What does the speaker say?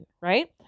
Right